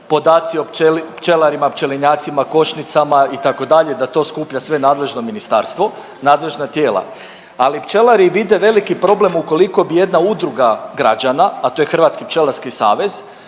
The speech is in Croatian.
podaci o pčelarima, pčelinjacima, košnicama itd. da to sve skuplja nadležno ministarstvo, nadležna tijela. Ali pčelari vide veliki problem ukoliko bi jedna udruga građana, a to je Hrvatski pčelarski savez